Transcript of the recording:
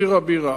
עיר הבירה.